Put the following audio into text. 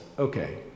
Okay